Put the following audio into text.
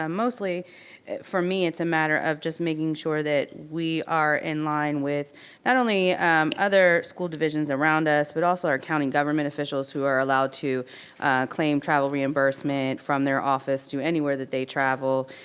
um mostly for me, it's a matter of just making sure that we are in line with not only other school divisions around us, but also our county government officials who are allowed to claim travel reimbursement from their office to anywhere that they travel.